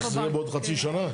שזה יהיה בעוד חצי שנה?